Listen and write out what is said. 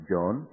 John